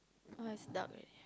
now has dark leh